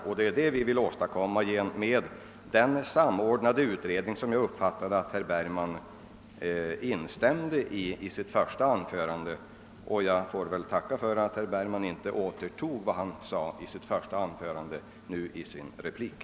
En bättre miljö är vad vi vill åstadkomma genom den samordnade utredning som jag fick ett intryck av att även herr Bergman förordade i sitt första anförande, och som jag uppfattade herr Bergman i hans replik återtog han inte nu vad han sade på denna punkt.